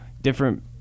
different